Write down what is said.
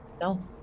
No